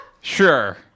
Sure